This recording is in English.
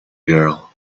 girl